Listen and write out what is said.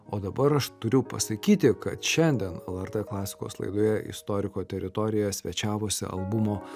o dabar aš turiu pasakyti kad šiandien lrt klasikos laidoje istoriko teritorijoje svečiavosi albumo